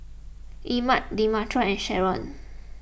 Emmet Demetra and Sherron